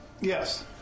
Yes